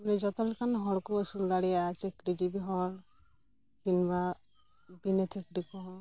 ᱡᱚᱛᱚ ᱞᱮᱠᱟᱱ ᱦᱚᱲ ᱠᱚ ᱟᱹᱥᱩᱞ ᱫᱟᱲᱮᱭᱟᱜᱼᱟ ᱪᱟᱹᱠᱨᱤ ᱡᱤᱵᱤ ᱦᱚᱲ ᱠᱤᱢᱵᱟ ᱵᱤᱱᱟᱹ ᱪᱟᱹᱠᱨᱤ ᱠᱚᱦᱚᱸ